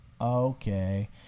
Okay